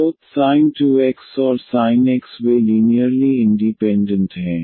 तो sin 2 x और sin x वे लीनियरली इंडीपेन्डन्ट हैं